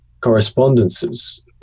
correspondences